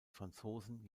franzosen